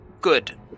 good